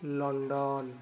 London